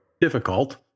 difficult